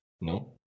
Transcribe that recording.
No